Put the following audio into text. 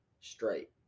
Straight